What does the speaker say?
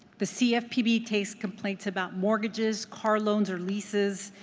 the cfpb takes complaints about mortgages, car loans or leases,